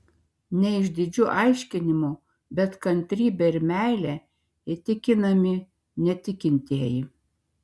ne išdidžiu aiškinimu bet kantrybe ir meile įtikinami netikintieji